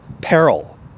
peril